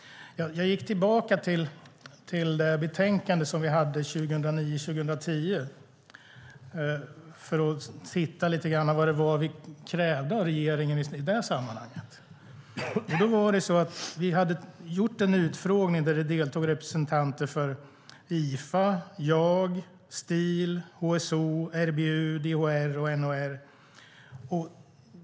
Jag gick tillbaka till det betänkande vi hade 2009/10 för att titta lite grann vad vi krävde av regeringen i det sammanhanget. Vi hade gjort en utfrågning där det deltog representanter för IFA, JAG, STIL, HSO, RBU, DHR och NHR.